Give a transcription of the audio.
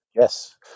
yes